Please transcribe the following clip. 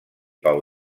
pau